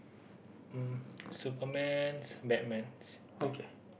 mm Superman Batmans